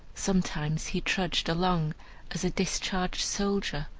sometimes he trudged along as a discharged soldier,